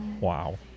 wow